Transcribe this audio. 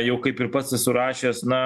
jau kaip ir pats esu rašęs na